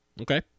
Okay